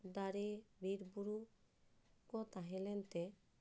ᱫᱟᱨᱮ ᱵᱤᱨᱵᱩᱨᱩ ᱠᱚ ᱛᱟᱦᱮᱸᱞᱮᱱᱛᱮ